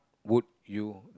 would you